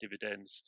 dividends